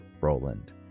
roland